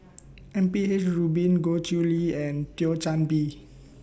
M P H Rubin Goh Chiew Lye and Thio Chan Bee